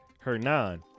Hernan